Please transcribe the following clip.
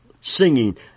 singing